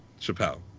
Chappelle